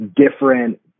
different